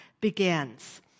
begins